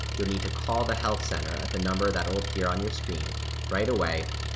you'll need to call the health center at the number that will appear on your screen right away,